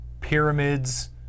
pyramids